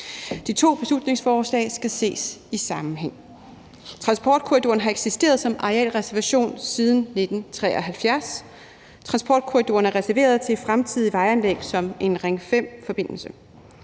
De to beslutningsforslag skal ses i sammenhæng. Transportkorridoren har eksisteret som arealreservation siden 1973. Transportkorridoren er reserveret til fremtidige vejanlæg som en Ring 5-forbindelse.